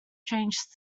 changed